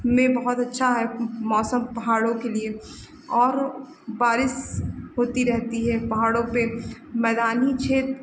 में बहुत अच्छा है मौसम पहाड़ों के लिए और बारिश होती रहती है पहाड़ों पर मैदानी क्षेत्र